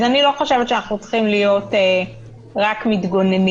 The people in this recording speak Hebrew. אז אני לא חושבת שאנחנו צריכים להיות רק מתגוננים.